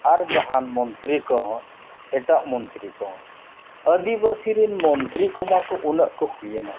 ᱟᱨ ᱡᱟᱦᱟᱱ ᱢᱚᱱᱛᱨᱤ ᱠᱚᱦᱚᱸ ᱮᱴᱟᱜ ᱢᱚᱱᱛᱨᱤ ᱠᱚ ᱟᱹᱫᱤᱵᱟᱥᱤ ᱨᱮᱱ ᱢᱚᱱᱛᱨᱤ ᱠᱚᱢᱟ ᱠᱚ ᱩᱱᱟᱹᱜ ᱠᱚ ᱦᱩᱭᱮᱱᱟ